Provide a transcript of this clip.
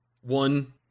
one